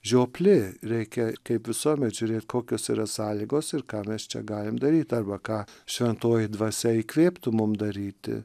žioplė reikia kaip visuomet žiūrėti kokios yra sąlygos ir ką mes čia galime daryti arba ką šventoji dvasia įkvėptų mums daryti